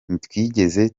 ntitwigeze